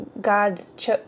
God's